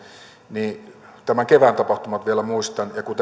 niin tämän kevään tapahtumat vielä muistan ja kun